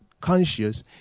conscious